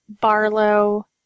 Barlow